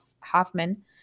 Hoffman